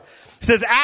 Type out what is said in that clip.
says